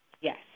Yes